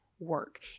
work